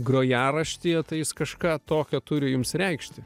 grojaraštyje tai jis kažką tokio turi jums reikšti